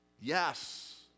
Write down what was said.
Yes